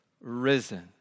risen